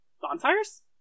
bonfires